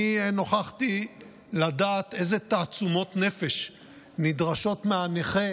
אני נוכחתי לדעת אילו תעצומות נפש נדרשות מהנכה